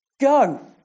go